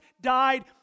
died